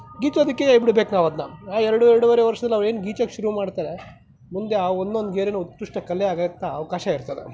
ಗೀಚೋದಿಕ್ಕೆ ಬಿಡಬೇಕು ನಾವು ಅದನ್ನ ಎರಡು ಎರಡೂವರೆ ವರ್ಷ್ದಲ್ಲಿ ಅವು ಏನು ಗೀಚೋಕೆ ಶುರು ಮಾಡ್ತಾರೆ ಮುಂದೆ ಆ ಒಂದೊಂದು ಗೆರೆನು ಉತ್ಕೃಷ್ಟ ಕಲೆ ಆಗೋಕ್ಕೆ ಅವಕಾಶ ಇರ್ತದೆ